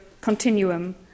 continuum